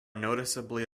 noticeably